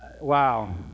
wow